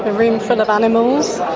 room full of animals,